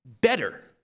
Better